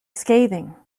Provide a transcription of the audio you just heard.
scathing